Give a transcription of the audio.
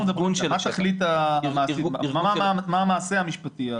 מה המעשה המשפטי?